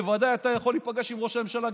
בוודאי אתה יכול להיפגש עם ראש הממשלה,